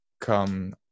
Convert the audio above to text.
come